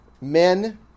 men